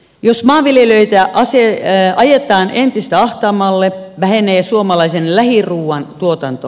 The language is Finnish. jos maanviljelijöitä ajetaan entistä ahtaammalle vähenee suomalaisen lähiruuan tuotanto